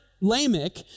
Lamech